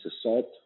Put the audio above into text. assault